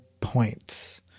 points